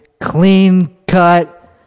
clean-cut